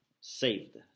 saved